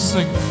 Sing